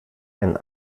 ein